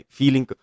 feeling